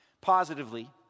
positively